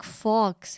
fox